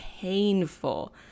painful